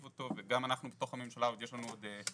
אותו וגם לנו בתוך הממשלה יש עוד לשון.